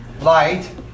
Light